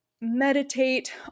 meditate